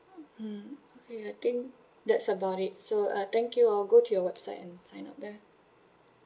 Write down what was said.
um I think that's about it so uh thank you I'll go to your website and sign up there